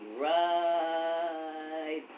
right